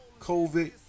COVID